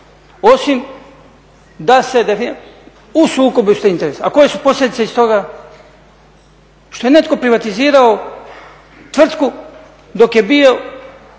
se ne razumije./… interesa. A koje su posljedice iz toga što je netko privatizirao tvrtku dok je bio